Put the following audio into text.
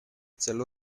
celu